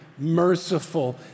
merciful